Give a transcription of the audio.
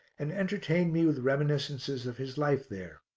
and entertained me with reminiscences of his life there.